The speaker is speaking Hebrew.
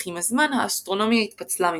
אך עם הזמן האסטרונומיה התפצלה ממנה.